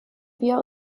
wir